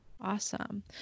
Awesome